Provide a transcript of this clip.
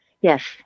Yes